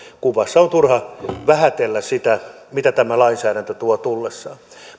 kuvassa on turha vähätellä sitä mitä tämä lainsäädäntö tuo tullessaan